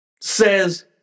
Says